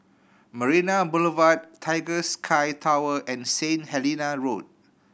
Marina Boulevard Tiger Sky Tower and Saint Helena Road